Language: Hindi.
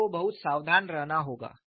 आपको बहुत सावधान रहना होगा